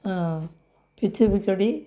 பிச்சு பூ செடி